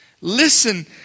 listen